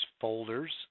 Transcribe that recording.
folders